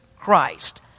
Christ